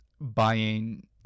buying